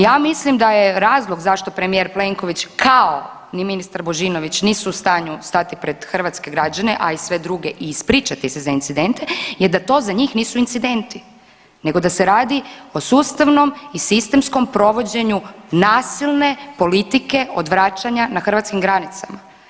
Ja mislim da je razlog zašto premijer Plenković kao ni ministar Božinović nisu u stanju stati pred hrvatske građane, a i sve druge i ispričati se za incidente, je da to za njih nisu incidenti nego da se radi o sustavnom i sistemskom provođenju nasilne politike odvraćanja na hrvatskim granicama.